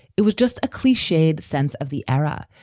it was just a cliched sense of the era,